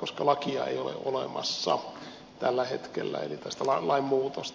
koska lakia ei ole olemassa tällä hetkellä eli lainmuutosta